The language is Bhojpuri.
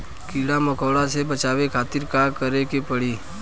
कीड़ा मकोड़ा से बचावे खातिर का करे के पड़ी?